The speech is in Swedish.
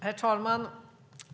Herr talman!